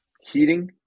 heating